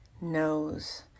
knows